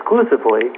exclusively